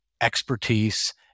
expertise